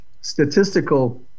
statistical